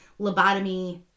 lobotomy